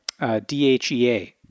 DHEA